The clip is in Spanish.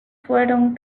fueron